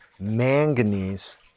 Manganese